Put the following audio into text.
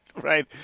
right